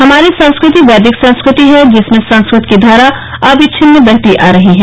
हमारी संस्कृति वैदिक संस्कृति है जिसमें संस्कृत की धारा अविच्छिन्न बहती आ रही है